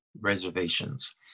reservations